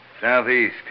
Southeast